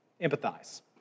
Empathize